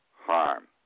harm